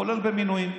כולל במינויים.